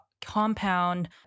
Compound